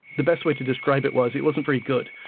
the best way to describe it was it wasn't very good.